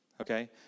Okay